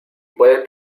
puede